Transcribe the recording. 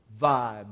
vibe